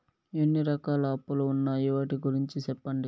ఎన్ని రకాల అప్పులు ఉన్నాయి? వాటి గురించి సెప్పండి?